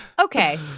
Okay